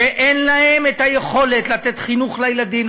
שאין להם יכולת לתת חינוך לילדים,